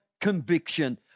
conviction